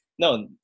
No